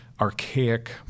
archaic